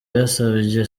yasabye